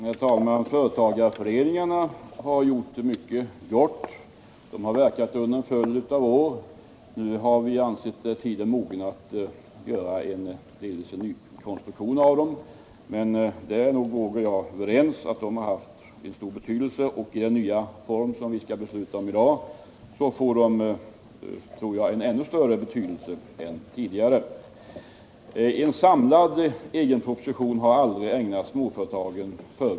Herr talman! Företagarföreningarna har gjort mycket gott. De har verkat under en följd av år. Nu har vi ansett tiden mogen att delvis göra en nykonstruktion av dem. Nils Erik Wååg och jag är alltså överens om att de har haft en mycket stor betydelse. Med den nya form för föreningarna som vi skall besluta om i dag tror jag att de får en ännu större betydelse än tidigare. En samlad egen proposition har aldrig tidigare ägnats småföretagen.